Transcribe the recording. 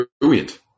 brilliant